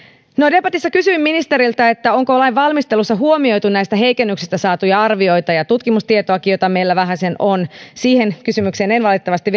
debatissa kysyin ministeriltä onko lainvalmistelussa huomioitu näistä heikennyksistä saatuja arvioita ja tutkimustietoakin jota meillä vähäsen on siihen kysymykseen en valitettavasti